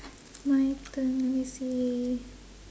my turn let me see